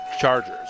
chargers